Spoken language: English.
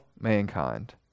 mankind